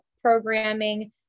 programming